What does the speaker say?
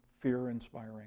fear-inspiring